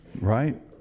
Right